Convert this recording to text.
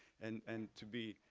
and and to be,